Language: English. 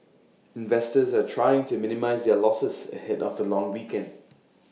investors are trying to minimise their losses ahead of the long weekend